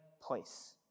place